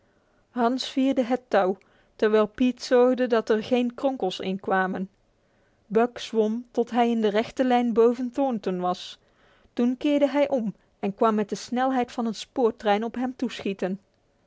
hans vierde het touw terwijl pete zorgde dat er geen kronkels in kwamen buck zwom tot hij in de rechte lijn boven thornton was toen keerde hij om en kwam met de snelheid van een spoortrein op hem toeschieten